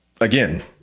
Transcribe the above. again